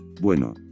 Bueno